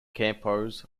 campos